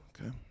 Okay